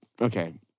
Okay